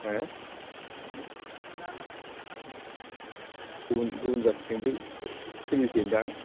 हो गुबुन गुबुन जाथिजोंबो सोलिसैदां